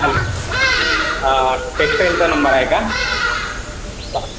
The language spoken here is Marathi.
हॅलो टेक्सटाईलचा नंबर आहे का